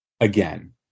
again